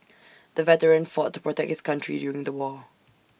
the veteran fought to protect his country during the war